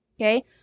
okay